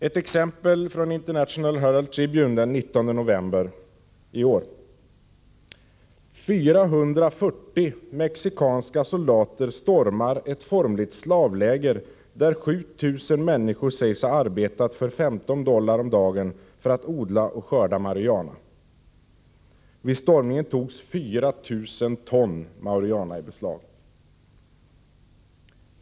Ett exempel från International Herald Tribune den 19 november i år: 440 mexikanska soldater stormar ett formligt slavläger där 7 000 människor sägs ha arbetat för 15 dollar om dagen för att odla och skörda marijuana. Vid stormningen togs 4 000 ton marijuana i beslag.